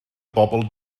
bobl